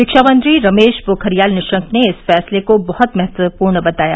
शिक्षा मंत्री रमेश पोखरियाल निशंक ने इस फैसले को बहुत महत्वपूर्ण बताया